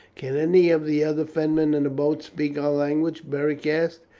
can any of the other fenmen in the boats speak our language? beric asked.